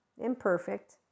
imperfect